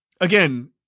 Again